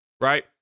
right